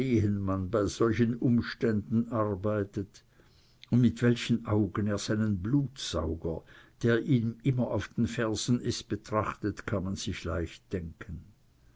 bei solchen umstanden arbeitet und mit welchen augen er seinen blutsauger der ihm immer auf den fersen ist betrachtet kann man sich leicht denken